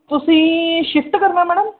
ਤੁਸੀਂ ਸ਼ਿਫਟ ਕਰਨਾ ਮੈਡਮ